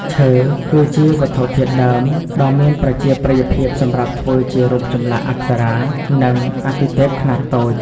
ឈើ គឺជាវត្ថុធាតុដើមដ៏មានប្រជាប្រិយភាពសម្រាប់ធ្វើជា រូបចម្លាក់អប្សរា និងអាទិទេពខ្នាតតូច។